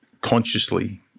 consciously